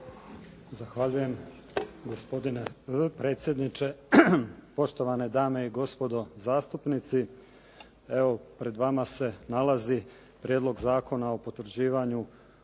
Zahvaljujem. Gospodine predsjedniče, poštovane dame i gospodo zastupnici. Pred vama se nalazi Prijedlog zakona o potvrđivanju